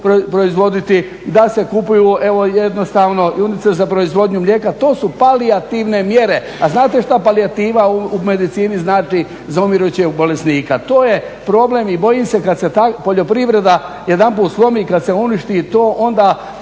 da se kupuju evo jednostavno junice za proizvodnju mlijeka. To su palijativne mjere, a znate šta palijativa u medicini znači za umirućeg bolesnika. To je problem i bojim se kad se ta poljoprivreda jedanput slomi, kad se uništi to onda